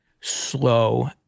slow